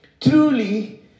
Truly